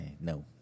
No